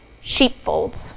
sheepfolds